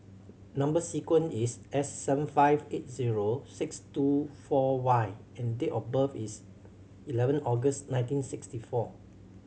number sequence is S seven five eight zero six two four Y and date of birth is eleven August nineteen sixty four